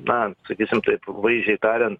na sakysim taip vaizdžiai tariant